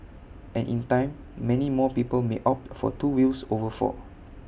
and in time many more people may opt for two wheels over four